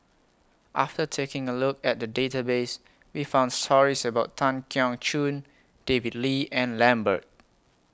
after taking A Look At The Database We found stories about Tan Keong Choon David Lee and Lambert